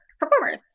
performers